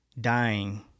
dying